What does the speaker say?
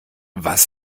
was